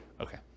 Okay